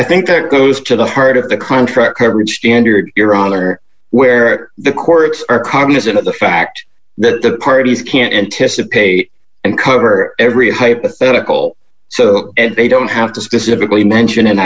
i think that goes to the heart of the contract coverage standard your honor where the courts are cognizant of the fact that the parties can't anticipate and cover every hypothetical so they don't have to specifically mention